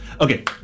Okay